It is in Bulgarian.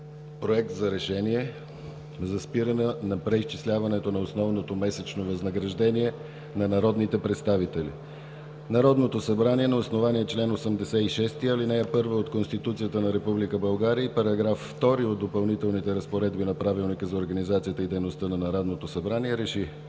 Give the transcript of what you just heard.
„Проект! РЕШЕНИЕ: за спиране на преизчисляването на основното месечно възнаграждение на народните представители: Народното събрание на основание чл. 86, ал. 1 от Конституцията на Република България и § 2 от Допълнителните разпоредби на Правилника за организацията и дейността на Народното събрание РЕШИ: